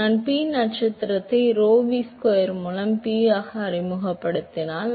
எனவே நான் P நட்சத்திரத்தை Rho v ஸ்கொயர் மூலம் P ஆக அறிமுகப்படுத்தினால்